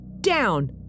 Down